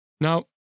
Now